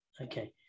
Okay